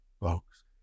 folks